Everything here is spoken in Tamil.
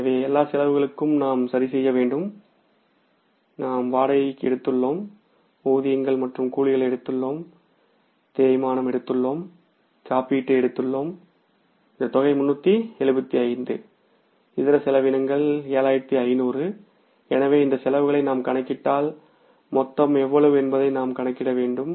எனவே எல்லா செலவுகளுக்கும் நாம் சரிசெய்ய வேண்டும் நாம் வாடகையை எடுத்துள்ளோம் ஊதியங்கள் மற்றும் கூலிகளை எடுத்துள்ளோம் தேய்மானம் எடுத்துள்ளோம் காப்பீட்டை எடுத்துள்ளோம் இந்த தொகை 375 இதர செலவினங்கள் 7500 எனவே இந்த செலவுகளைநாம் கணக்கிட்டால் மொத்தம் எவ்வளவு என்பதை நாம் கணக்கிட வேண்டும்